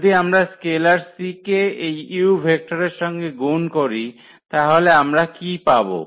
যদি আমরা scalar c কে এই u ভেক্টরের সঙ্গে গুণ করি তাহলে আমরা কী পাব